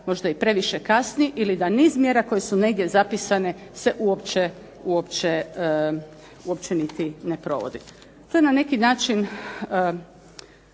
možda i previše kasni ili da niz mjera koje su negdje zapisane uopće niti ne provodi. To je na neki način